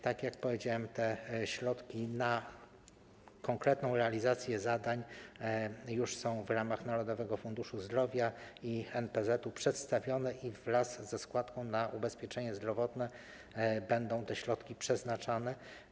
Tak jak powiedziałem, te środki na konkretną realizację zadań już są w ramach Narodowego Funduszu Zdrowia i NPZ-etu przedstawione i wraz ze składką na ubezpieczenie zdrowotne będą te środki przeznaczane.